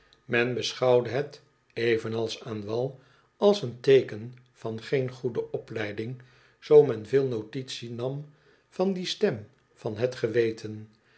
men beschouwde het evenals aan wal als een teeken van geen goede opleiding zoo men veel notitie nam van die stem van het geweten